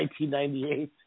1998